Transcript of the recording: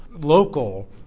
local